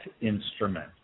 instrument